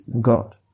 God